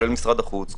כולל משרד החוץ,